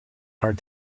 hard